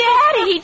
Daddy